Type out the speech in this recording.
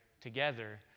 together